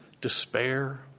despair